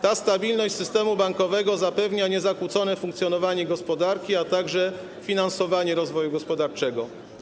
Ta stabilność systemu bankowego zapewnia niezakłócone funkcjonowanie gospodarki, a także finansowanie rozwoju gospodarczego.